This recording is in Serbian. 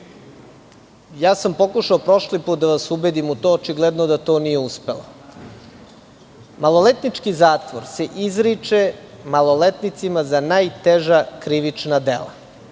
sam prošli put da vas ubedim u to. Očigledno je da to nije uspelo. Maloletnički zatvor se izriče maloletnicima za najteža krivična dela